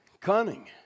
Cunning